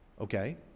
Okay